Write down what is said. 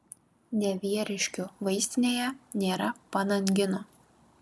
nevieriškių vaistinėje nėra panangino